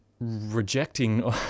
rejecting